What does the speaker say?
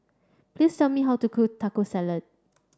please tell me how to cook Taco Salad